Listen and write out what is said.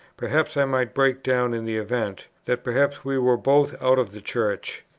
perhaps i might break down in the event that perhaps we were both out of the church.